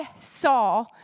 saw